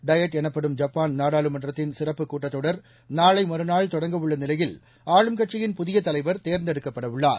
diet எனப்படும் Japan நாடாளுமன்றத்தின் சிறப்பு கூட்டத் தொடர் நாளை மறுநாள் தொடங்கவுள்ள நிலையில் ஆளும் கட்சியின் புதிய தலைவர் தேர்ந்தெடுக்கப்படவுள்ளார்